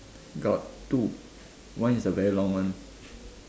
got two one is the very long one